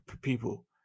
people